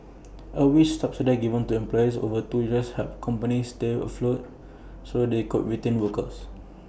A wage subsidy given to employers over two years help companies stay afloat so they could retain workers